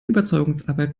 überzeugungsarbeit